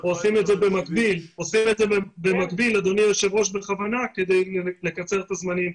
עושים את זה במקביל בכוונה כדי לקצר את הזמנים.